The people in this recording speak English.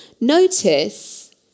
Notice